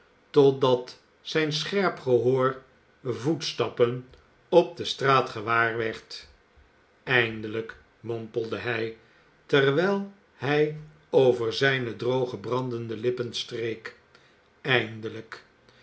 totdat zijn scherp gehoor voetstappen op de straat gewaar werd eindelijk mompelde hij terwijl hij over zijne droge brandende lippen streek eindelijk